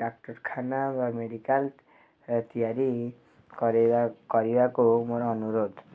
ଡାକ୍ତରଖାନା ବା ମେଡ଼ିକାଲ୍ ତିଆରି କରିବା କରିବାକୁ ମୋର ଅନୁରୋଧ